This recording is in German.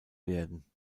werden